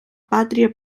pàtria